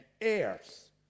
heirs